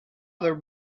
other